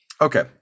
Okay